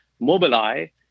Mobileye